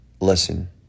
Listen